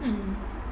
mm